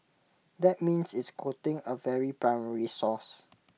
that means it's quoting A very primary source